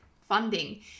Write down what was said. funding